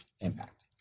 impact